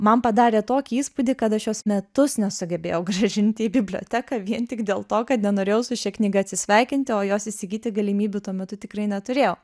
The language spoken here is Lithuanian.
man padarė tokį įspūdį kad aš jos metus nesugebėjau grąžinti į biblioteką vien tik dėl to kad nenorėjau su šia knyga atsisveikinti o jos įsigyti galimybių tuo metu tikrai neturėjau